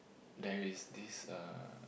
there is this uh